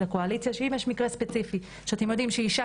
שאם יש מקרה ספציפי שאתם יודעים שאישה